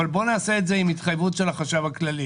אבל בואו נעשה את זה עם התחייבות של החשב הכללי.